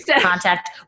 contact